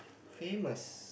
famous